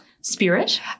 spirit